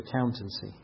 accountancy